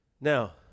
Now